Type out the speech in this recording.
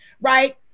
right